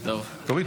9 במאי 2023,